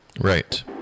Right